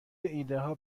ایدهها